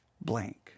blank